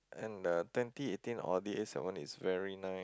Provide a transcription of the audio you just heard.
and the twenty eighteen Audi A seven is very nice